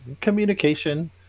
communication